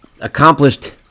accomplished